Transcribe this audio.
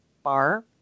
Bar